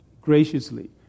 graciously